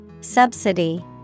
Subsidy